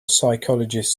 psychologist